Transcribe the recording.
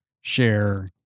share